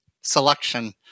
selection